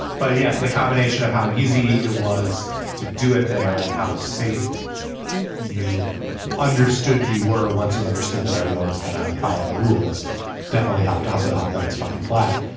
but yes the combination of how easy it was to do it there and how safe you understood you were once you understood that everyone was gonna follow the rules definitely helped also it helped that it's fucking flat.